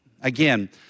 again